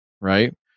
right